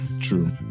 True